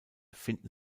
finden